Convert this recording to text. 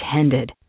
intended